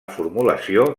formulació